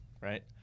right